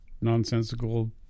nonsensical